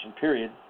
period